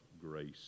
grace